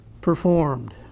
performed